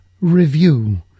review